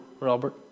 Robert